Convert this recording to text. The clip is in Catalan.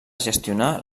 gestionar